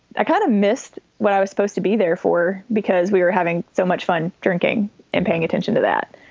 i kind of missed what i was supposed to be there for because we were having so much fun drinking and paying attention to that.